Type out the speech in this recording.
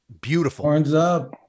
Beautiful